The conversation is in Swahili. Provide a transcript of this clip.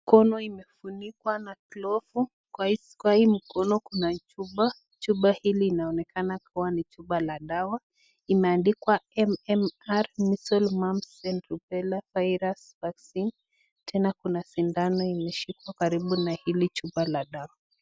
Mkono imefunikwa na glovu. Kwa hii mkono kuna chupa. Chupa hili inaonekana kuwa ni chupa la dawa imeandikwa " MMR measle mumps and rubela virus vaccine". Tena kuna sindano imeshikwa karibu na hili chupa la dawa.